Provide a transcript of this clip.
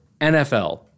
NFL